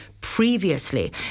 previously